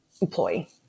employee